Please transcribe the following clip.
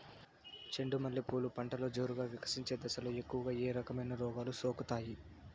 చెండు మల్లె పూలు పంటలో జోరుగా వికసించే దశలో ఎక్కువగా ఏ రకమైన రోగాలు సోకుతాయి?